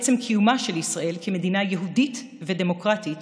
עצם קיומה של ישראל כמדינה יהודית ודמוקרטית